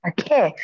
Okay